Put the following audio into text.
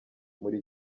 muri